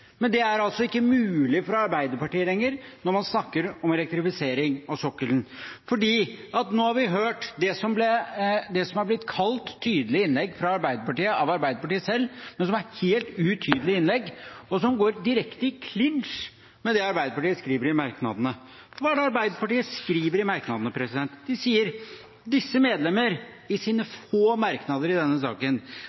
men det er altså ikke lenger mulig for Arbeiderpartiet når man snakker om elektrifisering av sokkelen. For nå har vi hørt det som har blitt kalt tydelige innlegg fra Arbeiderpartiet av Arbeiderpartiet selv, men som er helt utydelige innlegg, og som går direkte i klinsj med det Arbeiderpartiet skriver i merknadene. Og hva er det Arbeiderpartiet skriver i sine få merknader i denne saken? De skriver: «Disse medlemmer mener at elektrifiseringen av sokkelen i